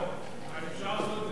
אפשר לעשות את זה עם תמצות,